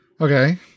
Okay